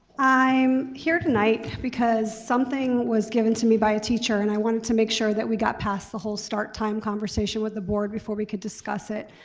i'm here tonight because something was given to me by a teacher and i wanted to make sure that we got past the whole start time conversation with the board before we could discuss it.